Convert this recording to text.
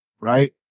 right